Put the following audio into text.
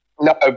No